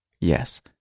yes